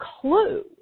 clue